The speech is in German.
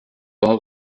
war